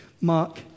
Mark